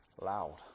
loud